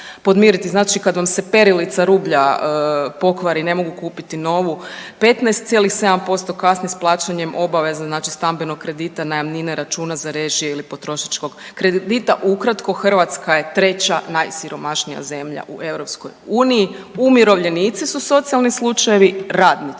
Znači kad vam se perilica rublja pokvari ne mogu kupiti novu, 15,7% kasni s plaćanjem obaveza stambenog kredita, najamnine, računa za režije ili potrošačkog kredita, ukratko, Hrvatska je 3. najsiromašnija zemlja u EU. Umirovljenici su socijalni slučajevi, radnici